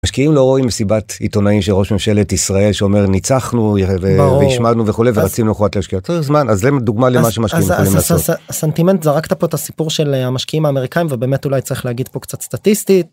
משקיעים לא רואים סיבת עיתונאים של ראש ממשלת ישראל שאומר ניצחנו וישמענו וכולי ורצינו אחרות להשקיע זמן אז למה דוגמא למה שמשקיעים. סנטימנט זרקת פה את הסיפור של המשקיעים האמריקאים ובאמת אולי צריך להגיד פה קצת סטטיסטית.